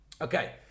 Okay